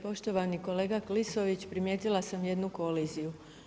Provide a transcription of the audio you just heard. Poštovani kolega Klisović, primjetila sam jednu koliziju.